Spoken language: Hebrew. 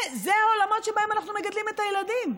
זה העולמות שבהם אנחנו מגדלים את הילדים.